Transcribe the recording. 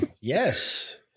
Yes